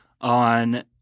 on